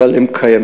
אבל הם קיימים.